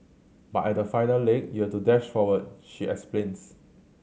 but at the final leg you to dash forward she explains